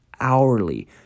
hourly